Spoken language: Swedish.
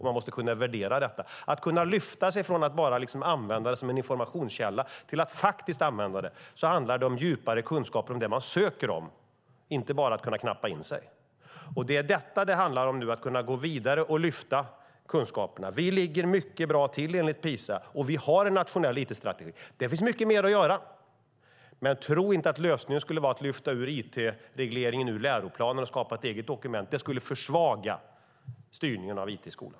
Man måste kunna värdera den informationen. För att kunna lyfta sig själv från att använda it bara som en informationskälla till att använda de fakta som finns där handlar det om att inneha djupare kunskaper om det man söker - inte bara att knappa in sig. Det här handlar om att gå vidare och lyfta fram kunskaperna. Sverige ligger mycket bra till enligt PISA. Vi har en nationell it-strategi. Det finns mycket mer att göra, men tro inte att lösningen skulle vara att lyfta ut it-regleringen ur läroplanen och skapa ett eget dokument. Det skulle försvaga styrningen av it i skolan.